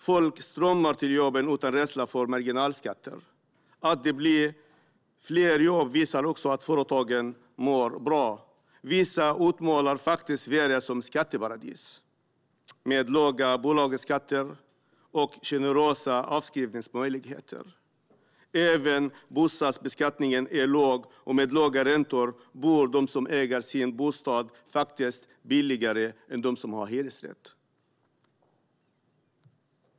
Folk strömmar till jobben utan rädsla för marginalskatter. Att det blir fler jobb visar också att företagen mår bra. Vissa utmålar faktiskt Sverige som ett skatteparadis med låga bolagsskatter och generösa avskrivningsmöjligheter. Även bostadsbeskattningen är låg, och med låga räntor bor de som äger sin bostad billigare än de som har hyresrätt.